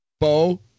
Bo